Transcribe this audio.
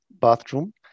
bathroom